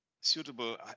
suitable